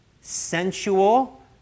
sensual